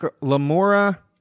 Lamora